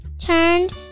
turned